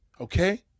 okay